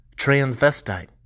Transvestite